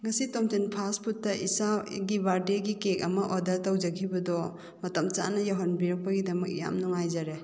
ꯉꯁꯤ ꯇꯣꯝꯊꯤꯟ ꯐꯥꯁ ꯐꯨꯠꯇ ꯏꯆꯥꯒꯤ ꯕꯥꯔꯗꯦꯒꯤ ꯀꯦꯛ ꯑꯃ ꯑꯣꯗꯔ ꯇꯧꯖꯈꯤꯕꯗꯣ ꯃꯇꯝ ꯆꯥꯅ ꯌꯧꯍꯟꯕꯤꯔꯛꯄꯒꯤꯗꯃꯛ ꯌꯥꯝ ꯅꯨꯡꯉꯥꯏꯖꯔꯦ